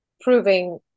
proving